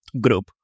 group